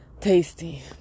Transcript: tasty